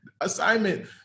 assignment